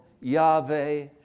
Yahweh